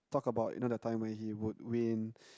talk about you know that time where he would win